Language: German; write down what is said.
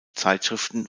zeitschriften